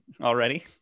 already